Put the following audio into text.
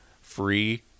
free